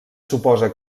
suposa